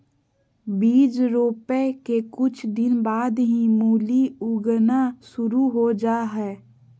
बीज रोपय के कुछ दिन बाद ही मूली उगना शुरू हो जा हय